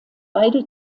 beide